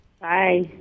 Bye